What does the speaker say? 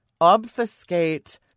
obfuscate